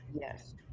Yes